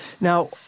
Now